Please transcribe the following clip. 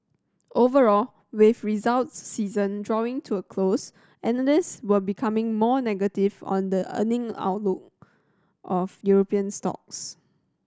overall with results season drawing to a close analysts were becoming more negative on the earning outlook of European stocks